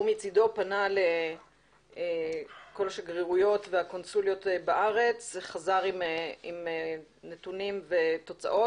שהוא מצדו פנה לכל השגרירויות והקונסוליות בארץ וחזר עם נתונים ותוצאות,